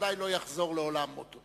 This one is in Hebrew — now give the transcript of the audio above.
שבוודאי לא יחזור לעולם עוד.